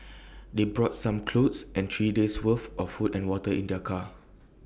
they brought some clothes and three days' worth of food and water in their car